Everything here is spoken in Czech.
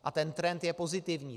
A ten trend je pozitivní.